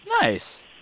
Nice